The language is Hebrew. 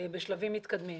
בשלבים מתקדמים.